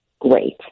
great